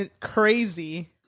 crazy